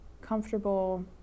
comfortable